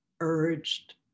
urged